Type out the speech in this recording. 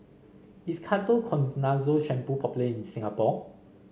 is Ketoconazole Shampoo popular in Singapore